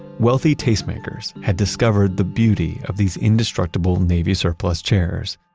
wealthy tastemakers had discovered the beauty of these indestructible navy surplus chairs.